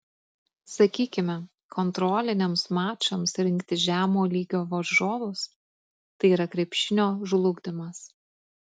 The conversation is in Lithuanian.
sakykime kontroliniams mačams rinktis žemo lygio varžovus tai yra krepšinio žlugdymas